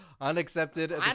Unaccepted